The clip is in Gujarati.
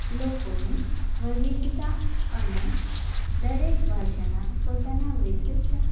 લોકોની વિવિધતા અને દરેક ભાષાના પોતાના વિશિષ્ટ